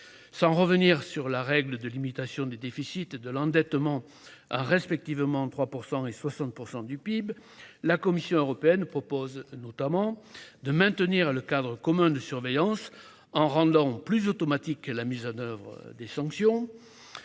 Sans revenir sur la règle de limitation des déficits et de l'endettement à respectivement 3 % et 60 % du PIB, la Commission européenne propose notamment de maintenir le cadre commun de surveillance en rendant plus automatique la mise en oeuvre des sanctions.